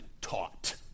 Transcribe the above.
taught